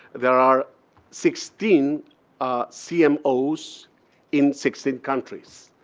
there are sixteen cmos cmos in sixteen countries.